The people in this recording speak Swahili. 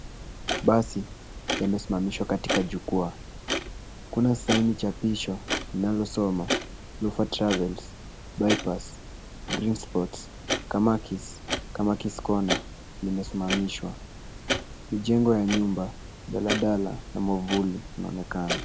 Basi imesimamishwa katika jukwaa. Kuna saini chapishwa inalosoma: Lopha Travels, ByPass, GreenSpots, Kamaki's, Kamaki's Corner imesimamishwa. Jengo ya nyumba, radala na mwavuli inaonekana.